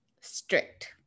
strict